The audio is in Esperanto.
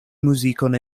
muzikon